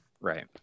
Right